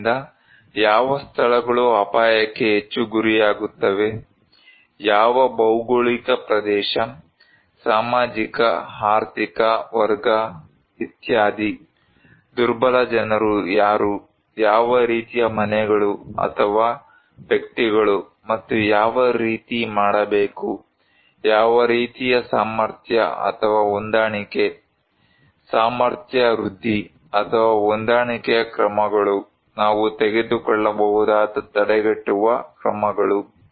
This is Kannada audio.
ಆದ್ದರಿಂದ ಯಾವ ಸ್ಥಳಗಳು ಅಪಾಯಕ್ಕೆ ಹೆಚ್ಚು ಗುರಿಯಾಗುತ್ತವೆ ಯಾವ ಭೌಗೋಳಿಕ ಪ್ರದೇಶ ಸಾಮಾಜಿಕ ಆರ್ಥಿಕ ವರ್ಗ ಇತ್ಯಾದಿ ದುರ್ಬಲ ಜನರು ಯಾರು ಯಾವ ರೀತಿಯ ಮನೆಗಳು ಅಥವಾ ವ್ಯಕ್ತಿಗಳು ಮತ್ತು ಯಾವ ರೀತಿ ಮಾಡಬೇಕು ಯಾವ ರೀತಿಯ ಸಾಮರ್ಥ್ಯ ಅಥವಾ ಹೊಂದಾಣಿಕೆ ಸಾಮರ್ಥ್ಯ ವೃದ್ಧಿ ಅಥವಾ ಹೊಂದಾಣಿಕೆಯ ಕ್ರಮಗಳು ನಾವು ತೆಗೆದುಕೊಳ್ಳಬಹುದಾದ ತಡೆಗಟ್ಟುವ ಕ್ರಮಗಳು